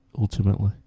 ultimately